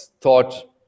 thought